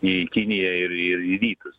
į kiniją ir ir į rytus